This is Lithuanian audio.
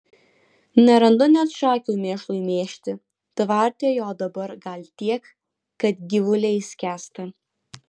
nerandu net šakių mėšlui mėžti tvarte jo dabar gal tiek kad gyvuliai skęsta